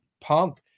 punk